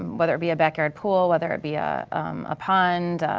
whether it be a backyard pool, whether it be a a pond,